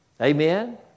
Amen